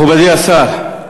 מכובדי השר,